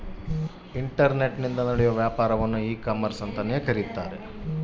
ಇಂಟರ್ನೆಟನಾಗ ನಡಿಯೋ ವ್ಯಾಪಾರನ್ನ ಈ ಕಾಮರ್ಷ ಅಂತಾರ